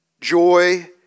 joy